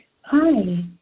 Hi